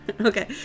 Okay